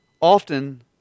often